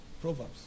Proverbs